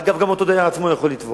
אגב, גם אותו דייר עצמו יכול לתבוע.